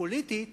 פוליטית